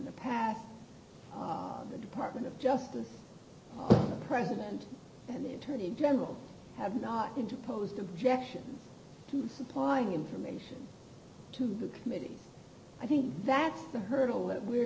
the past the department of justice president and the attorney general have not been to post objection to supplying information to the committee i think that's the hurdle that we're